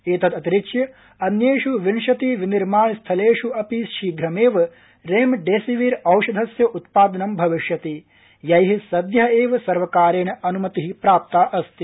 एतदतिरिच्य अन्येषु विंशति विनिर्माण स्थलेषु अपि शीघ्रमेव रेमडेसिविर औषधस्य उत्पादनं भविष्यति यै सद्य एव सर्वकारेण अनुमति प्राप्ता अस्ति